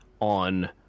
on